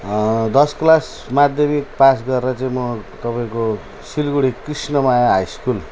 दस क्लास माध्यमिक पास गरेर चाहिँ म तपाईँको सिलगढी कृष्णमाया हाई स्कुल